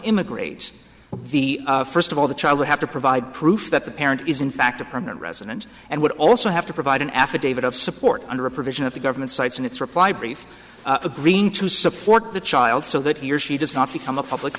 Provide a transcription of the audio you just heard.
immigrate the first of all the child would have to provide proof that the parent is in fact a permanent resident and would also have to provide an affidavit of support under a provision of the government sites and its reply brief agreeing to support the child so that he or she does not become a public